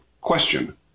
Question